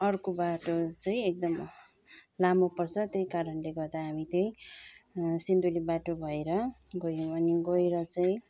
अर्को बाटो चाहिँ एकदम लामो पर्छ त्यही कारणले गर्दा हामी त्यही सिन्धुली बाटो भएर गयौँ अनि गएर चाहिँ